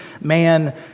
man